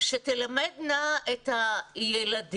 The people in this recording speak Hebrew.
או עמותות חיצוניות שתלמדנה את הילדים